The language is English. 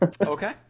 okay